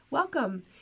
Welcome